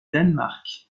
danemark